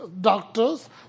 doctors